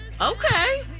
Okay